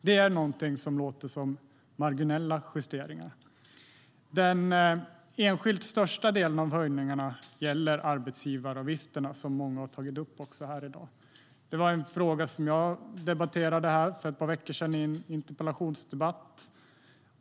Det låter som marginella justeringar. Den enskilt största delen av höjningarna gäller arbetsgivaravgifterna, vilket många tagit upp i dag. Det var en fråga som jag debatterade för ett par veckor sedan i en interpellationsdebatt.